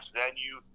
venue